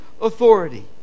authority